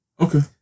Okay